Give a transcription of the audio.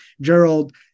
Gerald